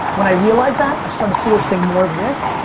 when i realized that, i started forcing more of this,